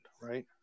right